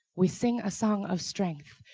we sing a song of strength,